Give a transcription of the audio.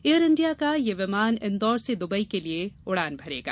air India का यह विमान इंदौर से दुबई के लिए उड़ान भरेगा